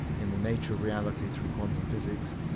in the nature of reality through quantum physics,